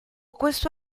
questo